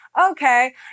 okay